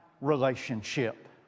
relationship